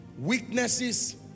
Weaknesses